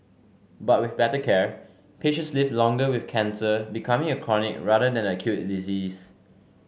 but with better care patients live longer with cancer becoming a chronic rather than acute disease